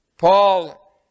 Paul